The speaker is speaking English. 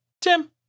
Tim